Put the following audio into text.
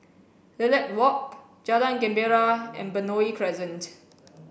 Lilac Walk Jalan Gembira and Benoi Crescent